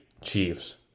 Chiefs